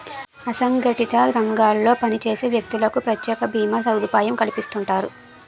అసంగటిత రంగాల్లో పనిచేసే వ్యక్తులకు ప్రత్యేక భీమా సదుపాయం కల్పిస్తుంటారు